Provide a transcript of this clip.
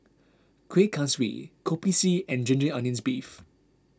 Kuih Kaswi Kopi C and Ginger Onions Beef